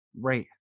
Right